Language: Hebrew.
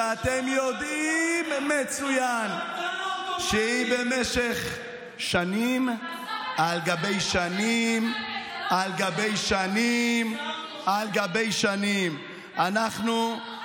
שאתם יודעים מצוין שהיא במשך שנים על גבי שנים על גבי שנים על גבי שנים.